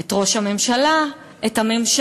את ראש הממשלה, את הממשלה.